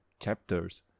chapters